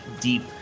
deep